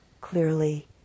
clearly